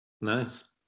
nice